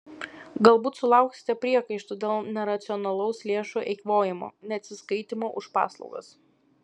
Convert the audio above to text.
galbūt sulauksite priekaištų dėl neracionalaus lėšų eikvojimo neatsiskaitymo už paslaugas